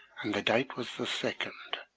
and the date was the second.